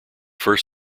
first